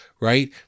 right